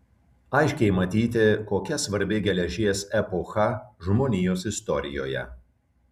aiškiai matyti kokia svarbi geležies epocha žmonijos istorijoje